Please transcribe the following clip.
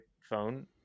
phone